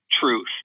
truth